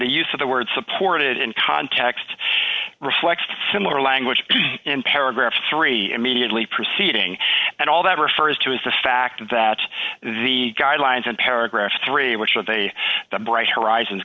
the use of the word supported in context reflects similar language in paragraph three immediately preceding and all that refers to is the fact that the guidelines and paragraph three which with a bright horizons